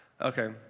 Okay